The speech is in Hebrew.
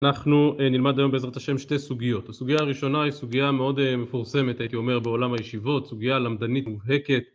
אנחנו נלמד היום בעזרת השם שתי סוגיות, הסוגיה הראשונה היא סוגיה מאוד מפורסמת הייתי אומר בעולם הישיבות סוגיה למדנית מוהקת